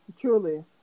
Truly